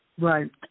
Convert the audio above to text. right